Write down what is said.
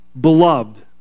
Beloved